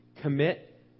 commit